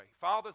Father